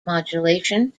modulation